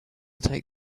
take